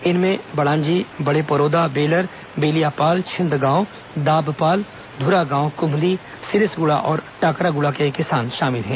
इनमें बड़ांजी बड़ेपरोदा बेलर बेलियापाल छिन्दगांव दाबपाल धुरागांव कुम्हली सिरिसगुड़ा और टाकरागुड़ा के किसान शामिल हैं